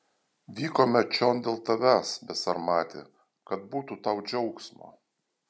vykome čion dėl tavęs besarmati kad būtų tau džiaugsmo